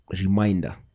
reminder